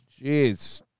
Jeez